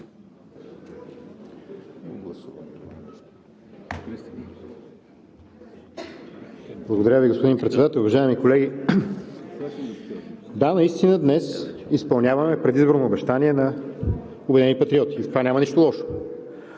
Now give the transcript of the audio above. Благодаря Ви, господин Председател. Уважаеми колеги! Да, наистина днес изпълняваме предизборно обещание на „Обединени патриоти“ и в това няма нищо лошо.